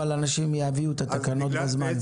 אבל אנשים יביאו את התקנות בזמן.